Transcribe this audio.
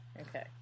okay